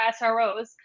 SROs